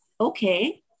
okay